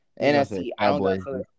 NFC